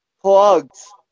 Plugs